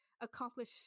accomplish